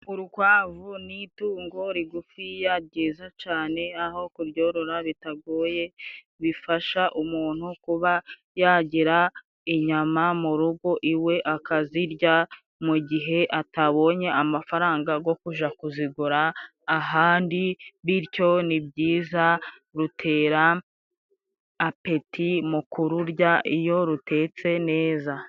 Urukwavu ni itungo rigufiya ryiza cane, aho kuryorora bitagoye. Bifasha umuntu kuba yagira inyama mu rugo iwe akazirya mu gihe atabonye amafaranga go kuja kuzigura ahandi, bityo ni byiza rutera apeti mu kururya iyo rutetse neza.